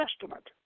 Testament